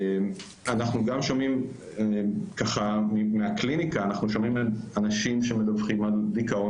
אנחנו גם שומעים מהקליניקה אנשים שמדווחים על דיכאון